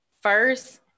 First